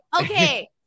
okay